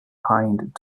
hind